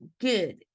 good